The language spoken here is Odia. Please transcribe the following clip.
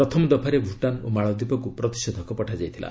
ପ୍ରଥମ ଦଫାରେ ଭୁଟାନ୍ ଓ ମାଳଦ୍ୱୀପକୁ ପ୍ରତିଷେଧକ ପଠାଯାଇଥିଲା